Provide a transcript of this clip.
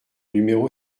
numéro